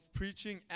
preaching